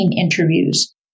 interviews